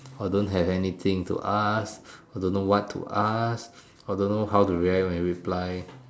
or don't have anything to ask or don't know what to ask or don't know how to react when reply